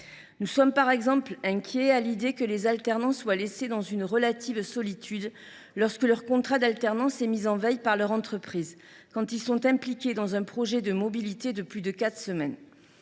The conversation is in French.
Nous sommes par exemple inquiets à l’idée que les alternants soient laissés dans une relative solitude lorsque leur contrat est mis en veille par l’entreprise dès lors qu’ils sont impliqués dans un projet de mobilité de plus de quatre semaines.